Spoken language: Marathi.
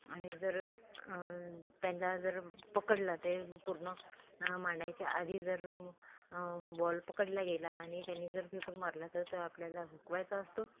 आणि जर त्याला जर पकडला ते पूर्ण मांडयच्या आधी जर बॉल पकडला गेला आणि त्यांनी जर फेकून मारला तर तो आपल्याला हुकवायचा असतो